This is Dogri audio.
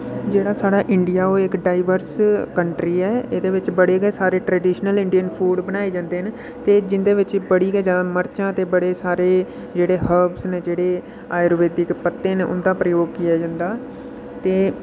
जेह्ड़ा साढ़ा इंडिया ओह् इक डाइवर्स कंट्री ऐ एहदे बिच्च बड़े गै सारे ट्रेडिशनल इंडियन फूड बनाए जंदे न ते जिं'दे बिच बड़ी गै जैदा मर्चां बड़े सारे जेह्ड़े हर्बस न जेह्ड़े आयुर्वैदिक पत्ते न उंदा'प्रयोग कीता जंदा ते